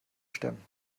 stemmen